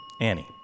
Annie